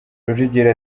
rujugiro